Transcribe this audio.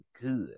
good